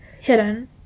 hidden